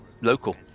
local